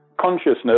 consciousness